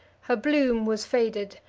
her bloom was faded,